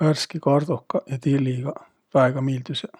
värski kardohkaq ja tilligaq, väega miildüseq.